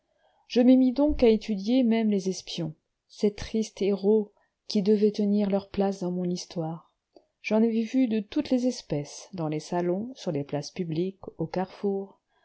je me mis donc à étudier même les espions ces tristes héros qui devaient tenir leur place dans mon histoire j'en ai vu de toutes les espèces dans les salons sur les places publiques aux carrefours